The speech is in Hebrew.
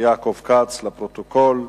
יעקב כץ, לפרוטוקול.